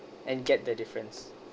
and get the difference